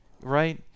right